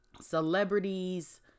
celebrities